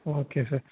okay sir